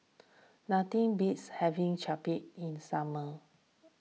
nothing beats having Chapati in the summer